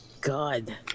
God